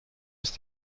ist